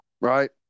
right